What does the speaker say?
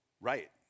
Right